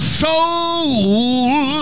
soul